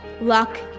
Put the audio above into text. luck